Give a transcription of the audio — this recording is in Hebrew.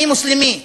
אני מוסלמי.